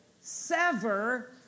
sever